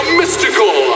mystical